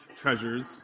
treasures